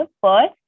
first